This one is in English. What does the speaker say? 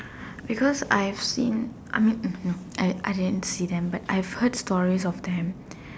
because I've seen I mean no I didn't see them but I've heard stories of them